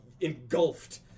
engulfed